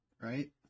Right